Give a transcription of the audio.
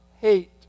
hate